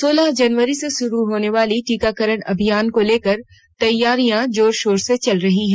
सोलह जनवरी से शुरू होने वाली टीकाकरण अभियान से लेकर तैयारियां जोर शोर से चल रही हैं